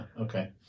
Okay